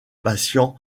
patients